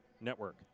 Network